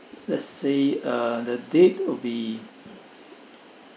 let's say uh the date would be